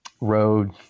road